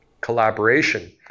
collaboration